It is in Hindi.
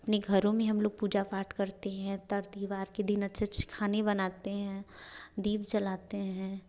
अपने घरों में हम लोग पूजा पाठ करते हैं के दिन अच्छे अच्छे खाने बनाते हैं दीप जलाते हैं